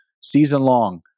Season-long